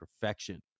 perfection